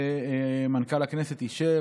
מנכ"ל הכנסת אישר,